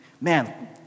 man